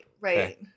Right